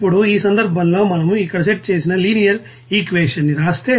ఇప్పుడు ఈ సందర్భంలో మనం ఇక్కడ సెట్ చేసిన లినియర్ ఈక్వేషన్ న్ని రాస్తే